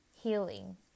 healing